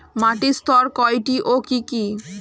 মাটির স্তর কয়টি ও কি কি?